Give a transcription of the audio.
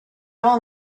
all